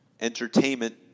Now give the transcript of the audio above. entertainment